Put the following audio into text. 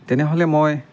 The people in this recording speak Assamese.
তেনেহ'লে মই